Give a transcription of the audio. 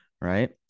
right